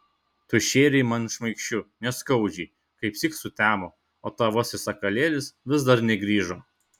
tu šėrei man šmaikščiu neskaudžiai kaipsyk sutemo o tavasis sakalėlis vis dar negrįžo